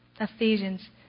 Ephesians